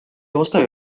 oska